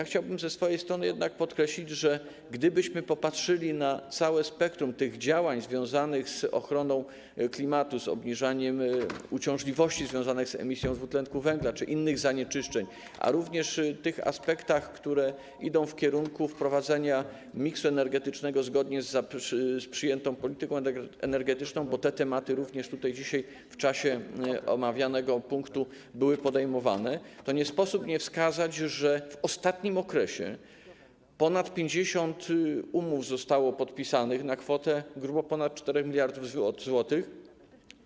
Chciałbym ze swojej strony jednak podkreślić, że gdybyśmy popatrzyli na całe spektrum tych działań związanych z ochroną klimatu, z obniżaniem uciążliwości związanych z emisją dwutlenku węgla czy innych zanieczyszczeń, również w tych aspektach, które idą w kierunku wprowadzenia miksu energetycznego zgodnie z przyjętą polityką energetyczną, bo te tematy również dzisiaj w czasie omawianego punktu były podejmowane, to nie sposób nie wskazać, że w ostatnim okresie zostało podpisanych ponad 50 umów na kwotę grubo ponad 4 mld zł.